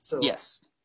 Yes